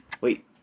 Wait